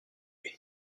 une